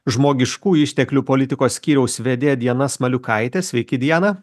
žmogiškųjų išteklių politikos skyriaus vedėja diana smaliukaitė sveiki diana